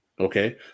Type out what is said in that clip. Okay